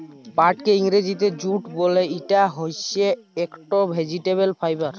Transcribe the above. পাটকে ইংরজিতে জুট বল, ইটা হইসে একট ভেজিটেবল ফাইবার